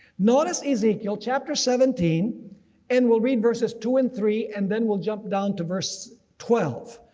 notice ezekiel chapter seventeen and we'll read versus two and three and then we'll jump down to verse twelve.